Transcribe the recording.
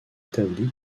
établi